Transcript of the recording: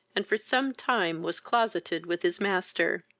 and for some time was closeted with his master.